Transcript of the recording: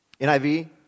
NIV